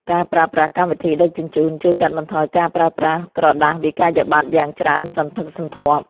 ការប្រើប្រាស់កម្មវិធីដឹកជញ្ជូនជួយកាត់បន្ថយការប្រើប្រាស់ក្រដាសវិក្កយបត្រយ៉ាងច្រើនសន្ធឹកសន្ធាប់។